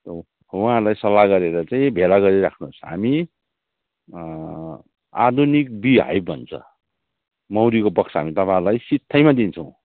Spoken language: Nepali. उहाँहरूलाई सल्लाह गरेर चाहिँ भेला गरिराख्नुहोस् हामी आधुनिक बी हाइभ भन्छ मौरीको बक्सा हामी तपईँहरूलाई सित्थैमा दिन्छौँ